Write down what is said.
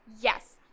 yes